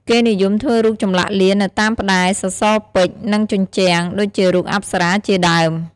គេនិយមធ្វើរូបចម្លាក់លៀននៅតាមផ្តែរ សសរពេជ្រ និងជញ្ជាំង ដូចជារូបអប្បរាជាដើម។